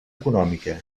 econòmica